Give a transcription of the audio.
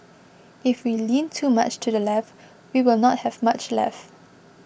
if we lean too much to the left we will not have much left